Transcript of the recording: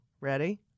Ready